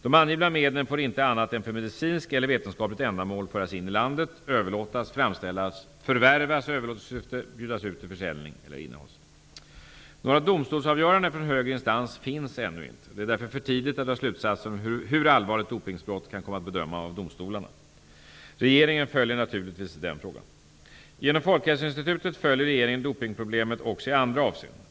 De angivna medlen får inte annat än för medicinskt eller vetenskapligt ändamål föras in i landet, överlåtas, framställas, förvärvas i överlåtelsesyfte, bjudas ut till försäljning eller innehas. Några domstolsavgöranden från högre instans finns ännu inte. Det är därför för tidigt att dra slutsatser om hur allvarligt dopningsbrott kan komma att bedömas av domstolarna. Regeringen följer naturligtvis den frågan. Genom Folkhälsoinstitutet följer regeringen dopningsproblemen också i andra avseenden.